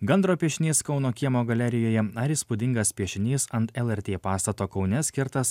gandro piešinys kauno kiemo galerijoje ar įspūdingas piešinys ant lrt pastato kaune skirtas